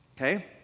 Okay